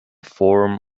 form